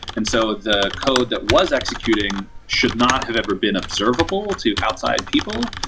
and so the code that was executing should not have ever been observable to outside people,